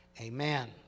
amen